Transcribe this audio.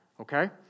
Okay